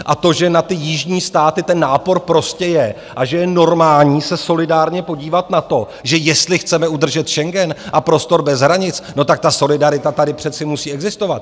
A to, že na ty jižní státy ten nápor prostě je a že je normální se solidárně podívat na to, že jestli chceme udržet Schengen a prostor bez hranic, no tak ta solidarita tady přece musí existovat.